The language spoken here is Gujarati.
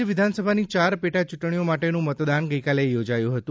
રાજ્ય વિધાનસભાની ચાર પેટા ચૂંટણીઓ માટેનું મતદાન ગઇકાલે યોજાયું હતું